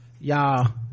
y'all